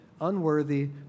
unworthy